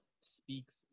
speaks